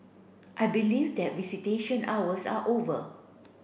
I believe that visitation hours are over